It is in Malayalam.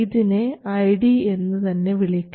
ഇതിനെ ID എന്ന് തന്നെ വിളിക്കാം